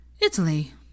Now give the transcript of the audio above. Italy